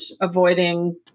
avoiding